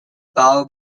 beau